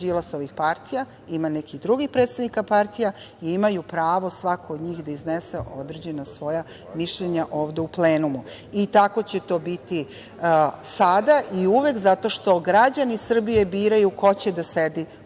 ima nekih drugih predstavnika partija i ima pravo svako od njih da iznese određena svoja mišljenja ovde u plenumu. Tako će to biti sada i uvek zato što građani Srbije biraju ko će da sedi u ovim